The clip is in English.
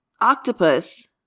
octopus